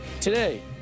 today